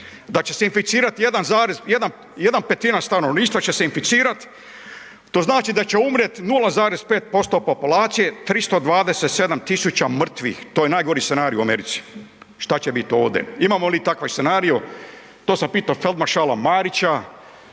će se inficirat, to znači da će umrijet 0,5% populacije, 327 000 mrtvih, to je najgori scenariji u Americi. Šta će bit ovdje? Imamo li takav scenarij, to sam pitao feldmaršala Marića,